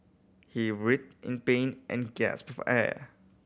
he writhed in pain and gasped for air